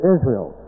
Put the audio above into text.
Israel